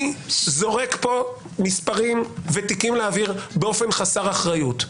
אני זורק כאן מספרים ותיקים לאוויר באופן חסר אחריות.